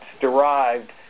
derived